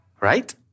right